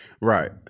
Right